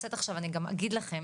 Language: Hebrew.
ונעשית עכשיו אני גם אגיד לכם,